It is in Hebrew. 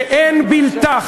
שאין בלתה,